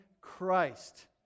Christ